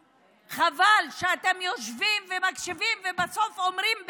חבל שאתם יושבים ומקשיבים, ובסוף אומרים "בעד".